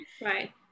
Right